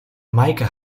meike